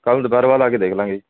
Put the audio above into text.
ਕੱਲ ਦੁਪਹਿਰ ਬਾਅਦ ਆ ਕੇ ਦੇਖ ਲਵਾਂਗੇ ਹਾਂਜੀ